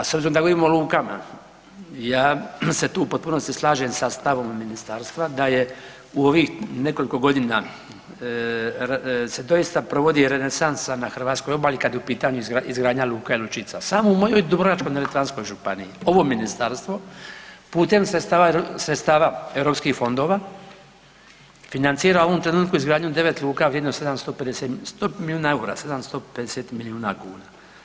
Pa s obzirom da govorimo o lukama, ja se tu u potpunosti slažem sa stavovima Ministarstva da je u ovih nekoliko godina se doista provodi renesansa na hrvatskoj obali, kad je pitanja izgradnja luka i lučica, samo u mojoj Dubrovačko-neretvanskoj Županiji, ovo Ministarstvo putem sredstava Europskih fondova financira u ovom trenutku izgradnju 9 luka vrijednu 750, 100 miliju eura, 750 milijuna kuna.